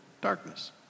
darkness